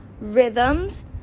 rhythms